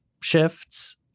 shifts